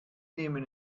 nehmen